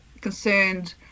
concerned